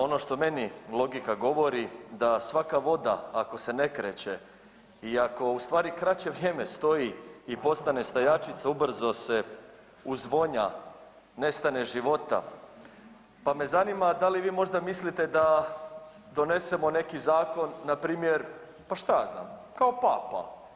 Ono što meni logika govori da svaka voda ako se ne kreće i ako u stvari kraće vrijeme stoji i postane stajačica ubrzo se uzvonja, nestane života pa me zanima da li vi možda mislite da donesemo neki zakon na primjer pa šta ja znam kao papa.